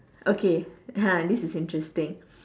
okay ah this is interesting